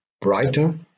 brighter